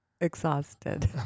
exhausted